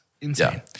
insane